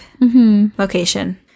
location